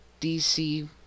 DC